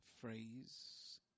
phrase